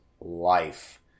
life